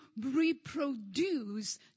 reproduce